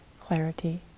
clarity